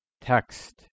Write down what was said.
text